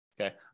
okay